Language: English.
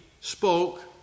spoke